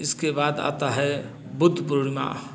इसके बाद आता है बुद्ध पूर्णिमा